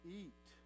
eat